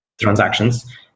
transactions